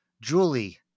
Julie